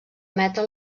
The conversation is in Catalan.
emetre